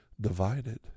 divided